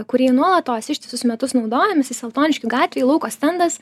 kurį nuolatos ištisus metus naudojam jisai saltoniškių gatvėj lauko stendas